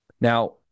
Now